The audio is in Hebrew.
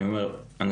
אני אומר אנשים,